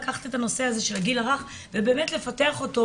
באמת לקחת את הנושא הזה של הגיל הרך ובאמת לפתח אותו